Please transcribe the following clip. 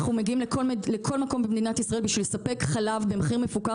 אנחנו מגיעים לכל מקום במדינת ישראל בשביל לספק חלב במחיר מפוקח